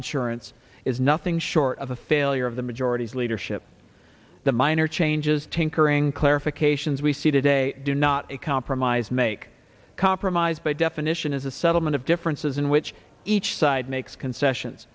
insurance is nothing short of a failure of the majority's leadership the minor changes tinkering clarifications we see today do not a compromise make compromise by definition is a settlement of differences in which each side makes concessions